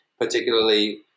particularly